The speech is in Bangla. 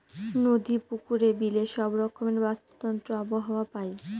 নদী, পুকুরে, বিলে সব রকমের বাস্তুতন্ত্র আবহাওয়া পায়